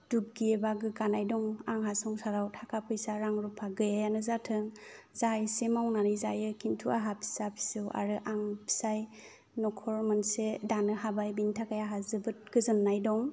दुगि एबा गोग्गानाय दं आंहा संसाराव थाखा फैसा रां रुफा गैयानो जाथों जा एसे मावनानै जायो खिन्थु आंहा फिसा फिसौ आरो आं फिसाय न'खर मोनसे दानो हाबाय बेनि थाखाय आंहा जोबोद गोजोननाय दं